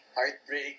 heartbreak